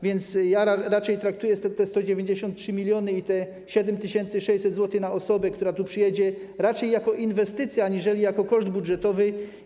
Więc raczej traktuję te 193 mln, te 7600 zł na osobę, która tu przyjedzie, raczej jako inwestycję aniżeli koszt budżetowy.